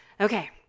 Okay